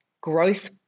growth